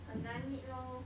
很难 meet lor